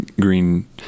green